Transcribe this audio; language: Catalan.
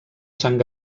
sant